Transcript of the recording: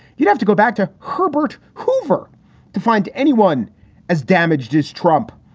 you have to go back to herbert hoover to find anyone as damaged as trump.